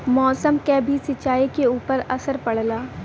मौसम क भी सिंचाई के ऊपर असर पड़ला